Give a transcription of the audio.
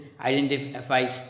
Identifies